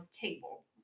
cable